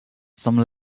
some